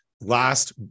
last